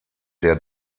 der